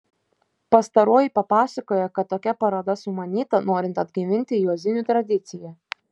pastaroji papasakojo kad tokia paroda sumanyta norint atgaivinti juozinių tradiciją